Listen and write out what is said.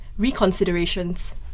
reconsiderations